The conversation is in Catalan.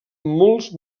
molts